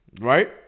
Right